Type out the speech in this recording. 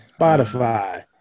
Spotify